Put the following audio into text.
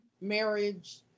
marriage